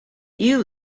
you